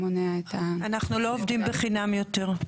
אנחנו לא עובדים בחינם יותר.